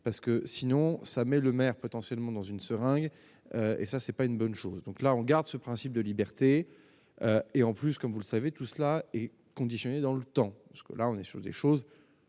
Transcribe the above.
parce que sinon ça mais le maire potentiellement dans une seringue et ça c'est pas une bonne chose. Donc là on garde ce principe de liberté et en plus, comme vous le savez, tout cela est conditionné dans le temps, parce que là on est sur des choses,